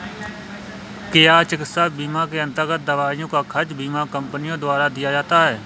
क्या चिकित्सा बीमा के अन्तर्गत दवाइयों का खर्च बीमा कंपनियों द्वारा दिया जाता है?